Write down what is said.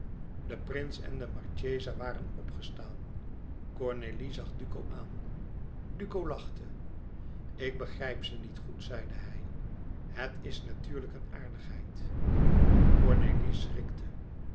de prins en de marchesa waren opgestaan cornélie zag duco aan duco lachte ik begrijp ze niet goed zeide hij het is natuurlijk een aardigheid cornélie schrikte